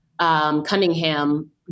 Cunningham